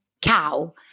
cow